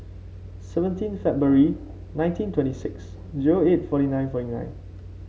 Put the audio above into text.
seventeen February nineteen twenty six zero eight forty nine forty nine